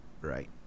Right